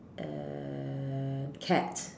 and cat